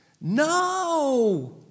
No